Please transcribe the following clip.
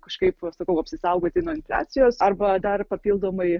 kažkaip sakau apsisaugoti nuo infliacijos arba dar papildomai